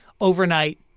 overnight